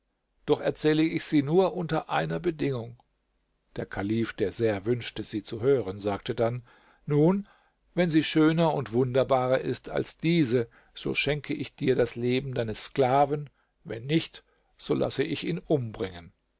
doch erzähle ich sie nur unter einer bedingung der kalif der sehr wünschte sie zu hören sagte dann nun wenn sie schöner und wunderbarer ist als diese so schenke ich dir das leben deines sklaven wenn nicht so lasse ich ihn umbringen